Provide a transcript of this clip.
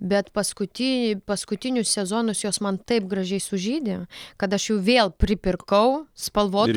bet paskutinį paskutinius sezonus jos man taip gražiai sužydi kad aš jau vėl pripirkau spalvotų